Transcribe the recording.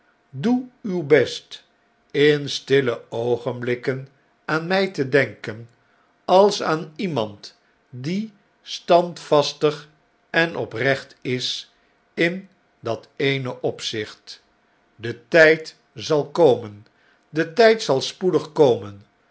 doe uw best in stille oogenblikken aan my te denken als aan iemand die standvastig en oprecht is in dat eene opzicht de tijd zal komen de tjjd zal spoedig komen